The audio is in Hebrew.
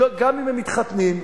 גם אם הם מתחתנים,